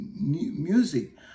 music